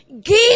Give